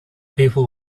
people